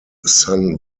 son